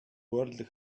world